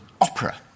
opera